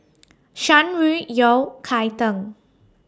Shan Rui Yao Cai Tang